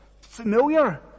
familiar